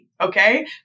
Okay